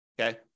Okay